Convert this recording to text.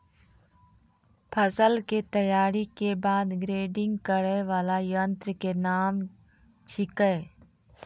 फसल के तैयारी के बाद ग्रेडिंग करै वाला यंत्र के नाम की छेकै?